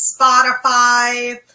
spotify